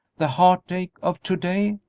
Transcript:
the heartache of to-day?